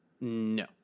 No